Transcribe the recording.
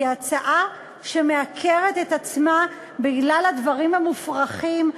היא הצעה שמעקרת את עצמה בגלל הדברים המופרכים,